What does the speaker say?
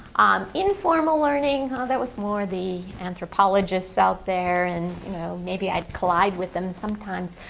informal learning, ah that was more of the anthropologists out there and you know maybe i'd collide with them sometimes.